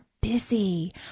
busy